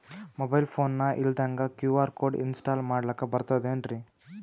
Mobile phone ಇಲ್ದಂಗ QR code install ಮಾಡ್ಲಕ ಬರ್ತದೇನ್ರಿ?